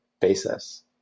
basis